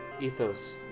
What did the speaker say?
ethos